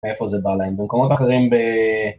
מאיפה זה בא להם? במקומות אחרים ב...